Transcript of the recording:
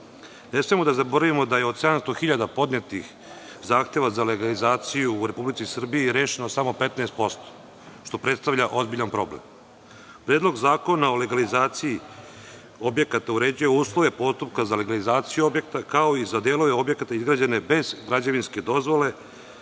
smemo da zaboravimo da je od 700.000 podnetih zahteva za legalizaciju u Republici Srbiji rešeno samo 15%, što predstavlja ozbiljan problem. Predlog zakona o legalizaciji objekata uređuje uslove postupka za legalizaciju objekta, kao i za delove objekata izgrađene bez građevinske dozvole,